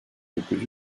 dokuz